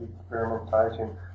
experimentation